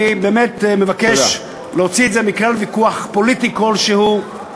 אני באמת מבקש להוציא את זה מכלל ויכוח פוליטי כלשהו,